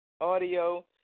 audio